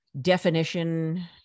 definition